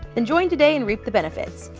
then join today and reap the benefits!